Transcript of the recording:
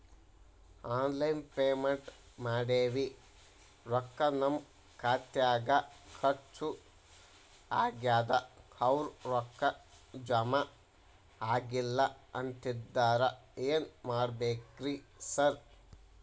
Online payment ಮಾಡೇವಿ ರೊಕ್ಕಾ ನಮ್ ಖಾತ್ಯಾಗ ಖರ್ಚ್ ಆಗ್ಯಾದ ಅವ್ರ್ ರೊಕ್ಕ ಜಮಾ ಆಗಿಲ್ಲ ಅಂತಿದ್ದಾರ ಏನ್ ಮಾಡ್ಬೇಕ್ರಿ ಸರ್?